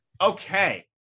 Okay